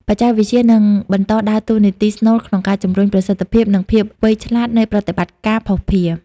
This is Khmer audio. បច្ចេកវិទ្យានឹងបន្តដើរតួនាទីស្នូលក្នុងការជំរុញប្រសិទ្ធភាព និងភាពវៃឆ្លាតនៃប្រតិបត្តិការភស្តុភារ។